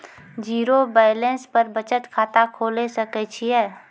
Zero balance पर बचत खाता खोले सकय छियै?